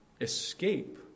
escape